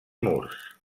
murs